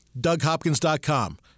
DougHopkins.com